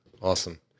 Awesome